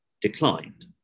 declined